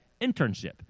internship